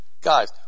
Guys